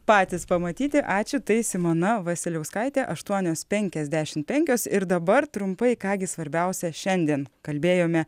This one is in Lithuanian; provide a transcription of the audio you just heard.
patys pamatyti ačiū tai simona vasiliauskaitė aštuonios penkiasdešimt penkios ir dabar trumpai ką gi svarbiausia šiandien kalbėjome